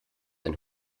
ein